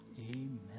amen